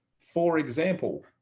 for example,